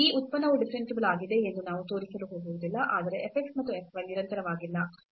ಈ ಉತ್ಪನ್ನವು ಡಿಫರೆನ್ಸಿಬಲ್ ಆಗಿದೆ ಎಂದು ನಾವು ತೋರಿಸಲು ಹೋಗುವುದಿಲ್ಲ ಆದರೆ f x ಮತ್ತು f y ನಿರಂತರವಾಗಿಲ್ಲ